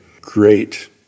great